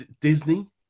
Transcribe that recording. Disney